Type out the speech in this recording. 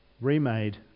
Remade